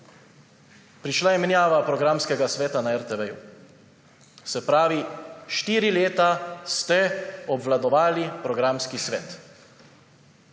Prišla je menjava programskega sveta na RTV, se pravi, štiri leta ste obvladovali programski svet,